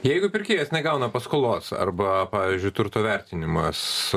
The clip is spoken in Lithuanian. jeigu pirkėjas negauna paskolos arba pavyzdžiui turto vertinimas